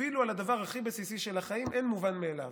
אפילו בדבר הכי בסיסי של החיים אין מובן מאליו.